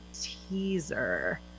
teaser